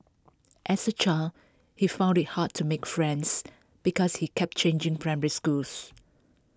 as A child he found IT hard to make friends because he kept changing primary schools